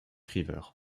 river